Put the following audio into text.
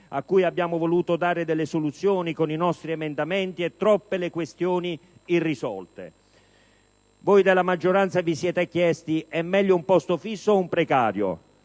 a cui abbiamo voluto dare delle soluzioni con i nostri emendamenti e troppe le questioni irrisolte. Voi della maggioranza vi siete chiesti: è meglio un posto fisso o un precario?